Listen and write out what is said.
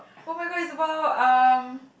oh-my-god it's about um